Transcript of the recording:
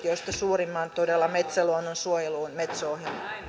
joista suurimman todella metsäluonnonsuojeluun metsoon